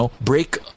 break